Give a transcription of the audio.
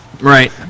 Right